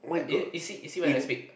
is it you see you see when I speak